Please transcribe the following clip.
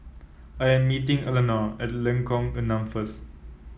I am meeting Eleanore at Lengkok Enam first